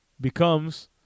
becomes